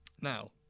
Now